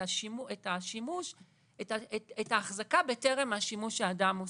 את ההחזקה בטרם השימוש שהאדם עושה,